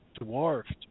dwarfed